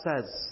says